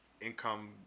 income